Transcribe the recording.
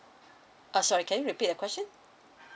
uh sorry can you repeat the question